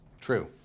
True